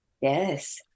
yes